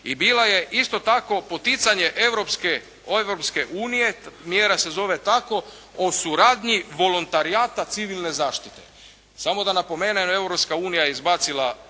i bila je isto tako poticanje Europske unije, mjera se zove tako, o suradnji voluntarijata civilne zaštite. Samo da napomenem, Europska unija je izbacila